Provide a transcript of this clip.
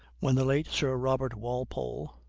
when the late sir robert walpole,